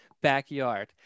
backyard